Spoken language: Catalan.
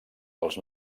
els